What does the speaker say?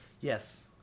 Yes